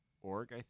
org